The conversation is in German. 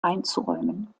einzuräumen